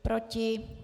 Proti?